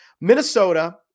Minnesota